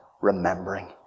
remembering